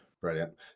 Brilliant